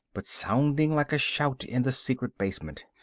but sounding like a shout in the secret basement.